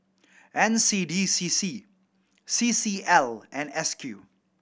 N C D C C C C L and S Q